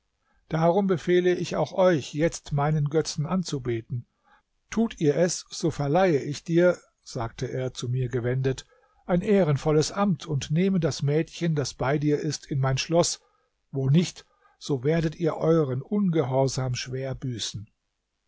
darum befehle ich auch euch jetzt meinen götzen anzubeten tut ihr es so verleihe ich dir sagte er zu mir gewendet ein ehrenvolles amt und nehme das mädchen das bei dir ist in mein schloß wo nicht so werdet ihr eueren ungehorsam schwer büßen